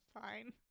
Fine